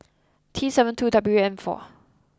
T seven two W M four